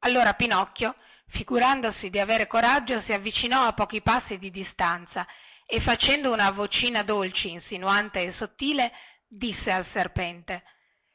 allora pinocchio figurandosi di aver coraggio si avvicinò a pochi passi di distanza e facendo una vocina dolce insinuante e sottile disse al serpente